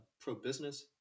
pro-business